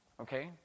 Okay